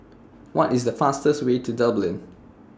What IS The fastest Way to Dublin